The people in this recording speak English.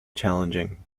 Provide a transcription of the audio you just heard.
challenging